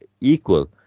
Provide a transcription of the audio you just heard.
equal